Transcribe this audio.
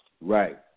Right